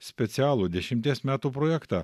specialų dešimties metų projektą